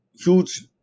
huge